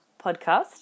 podcast